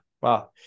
Wow